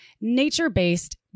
nature-based